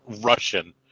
Russian